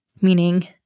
meaning